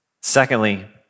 Secondly